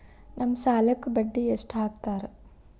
ನಮ್ ಸಾಲಕ್ ಬಡ್ಡಿ ಎಷ್ಟು ಹಾಕ್ತಾರ?